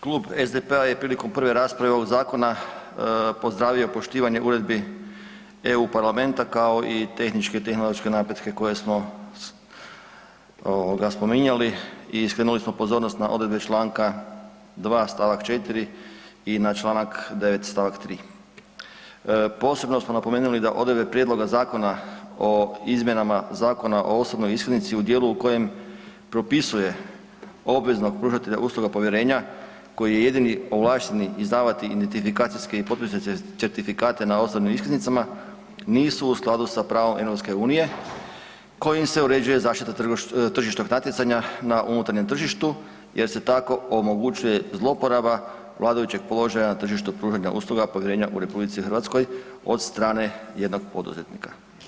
Klub SDP-a je prilikom prve rasprave ovog zakona pozdravio poštivanje uredbi EU parlamenta, kao i tehničke i tehnološke napretke koje smo ovoga spominjali i skrenuli smo pozornost na odredbe čl. 2. st. 4. i na čl. 9. st. 3. Posebno smo napomenuli da odredbe prijedloga Zakona o izmjenama Zakona o osobnoj iskaznici u dijelu u kojem propisuje obveznog pružatelja usluga povjerenja koji je jedini ovlašteni izdavati identifikacijske i potpisne certifikate na osobnim iskaznicama nisu u skladu sa pravom EU kojim se uređuje zaštita tržišnog natjecanja na unutarnjem tržištu jer se tako omogućuje zlouporaba vladajućeg položaja na tržištu pružanja usluga povjerenja u RH od strane jednog poduzetnika.